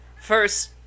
first